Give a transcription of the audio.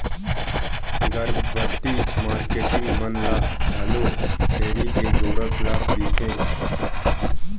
गरभबती मारकेटिंग मन घलोक छेरी के गोरस ल पिथें